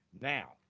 now